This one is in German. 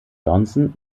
johnson